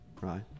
right